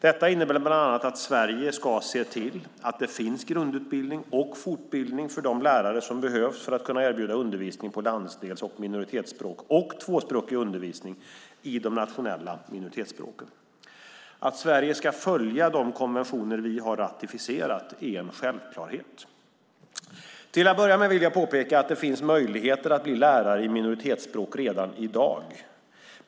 Detta innebär bland annat att Sverige ska se till att det finns grundutbildning och fortbildning för de lärare som behövs för att kunna erbjuda undervisning på landsdels och minoritetsspråk och tvåspråkig undervisning i de nationella minoritetsspråken. Att Sverige ska följa de konventioner vi har ratificerat är en självklarhet. Till att börja med vill jag påpeka att det finns möjligheter att bli lärare i minoritetsspråk redan i dag.